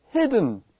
hidden